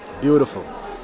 Beautiful